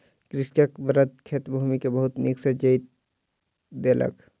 कृषकक बड़द खेतक भूमि के बहुत नीक सॅ जोईत देलक